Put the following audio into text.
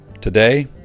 Today